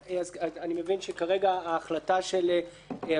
אני מבין שכרגע ההחלטה של היושב-ראש,